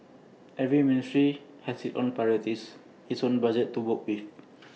every ministry has its own priorities its own budget to work with